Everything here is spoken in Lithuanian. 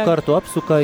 kartų apsuka